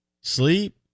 sleep